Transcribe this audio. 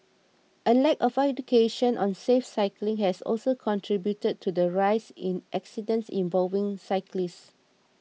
a lack of education on safe cycling has also contributed to the rise in accidents involving cyclists